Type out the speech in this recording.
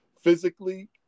physically